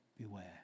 beware